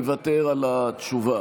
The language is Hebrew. מוותר על התשובה.